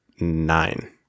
nine